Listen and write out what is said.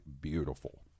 beautiful